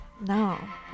No